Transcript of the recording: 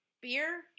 Beer